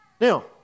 Now